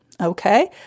okay